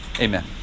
Amen